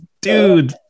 dude